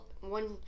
one